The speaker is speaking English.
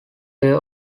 were